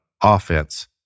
offense